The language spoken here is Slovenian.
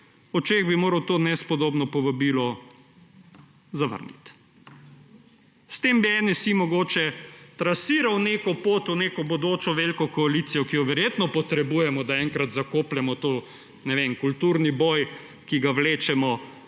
očeh, bi moral to nespodobno povabilo zavrniti. S tem bi NSi mogoče trasiral neko pot v neko bodočo veliko koalicijo, ki jo verjetno potrebujemo, da enkrat zakopljemo ta kulturni boj, ki ga vlečemo od 80.